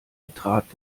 betrat